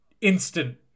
instant